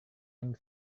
yang